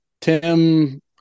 Tim